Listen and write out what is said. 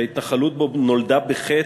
שההתנחלות בו נולדה בחטא,